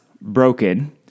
broken